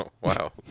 wow